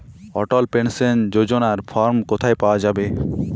অটল pension যোজনার form কোথায় পাওয়া যাবে?